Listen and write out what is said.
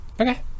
Okay